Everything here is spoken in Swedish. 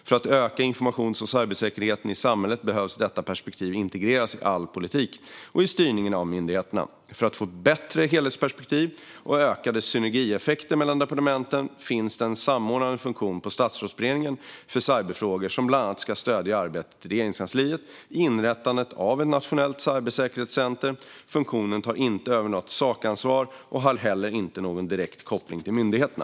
För att öka informations och cybersäkerheten i samhället behöver detta perspektiv integreras i all politik och i styrningen av myndigheterna. För att få ett bättre helhetsperspektiv och ökade synergieffekter mellan departementen finns det en samordnande funktion på Statsrådsberedningen för cyberfrågor, som bland annat ska stödja arbetet i Regeringskansliet i inrättandet av ett nationellt cybersäkerhetscenter. Funktionen tar inte över något sakansvar och har inte heller någon direkt koppling till myndigheterna.